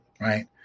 Right